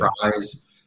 fries